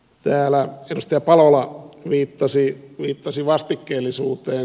täällä edustaja palola viittasi vastikkeellisuuteen